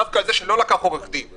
דווקא על זה שלא לקח עורך דין,